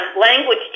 language